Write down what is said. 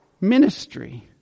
ministry